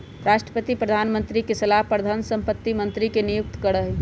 राष्ट्रपति प्रधानमंत्री के सलाह पर धन संपत्ति मंत्री के नियुक्त करा हई